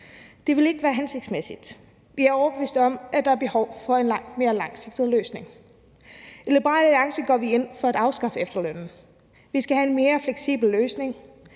Det vil ikke være hensigtsmæssigt. Vi er overbevist om, at der er behov for en langt mere langsigtet løsning. I Liberal Alliance går vi ind for at afskaffe efterlønnen. Vi skal have en mere fleksibel løsning,